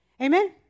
Amen